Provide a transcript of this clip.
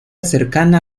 cercana